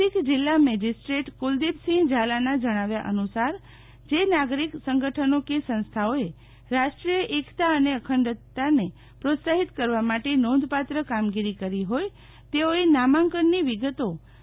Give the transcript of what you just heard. અધિક જિલ્લા મેજિસ્ટ્રેટ કુલદીપસિંહ ઝાલાના જણાવ્યા અનુસાર જે નાગરિકસંગઠ્ઠનો સંસ્થાઓએ રાષ્ટ્રીય એકતા અને અખંડતાને પ્રોત્સાહિત કરવા માટે નોંધપાત્ર કામગીરી કરી હોય તેઓએ નામાંકનની વિગતો તા